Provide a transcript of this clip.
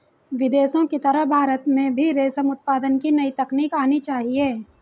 विदेशों की तरह भारत में भी रेशम उत्पादन की नई तकनीक आनी चाहिए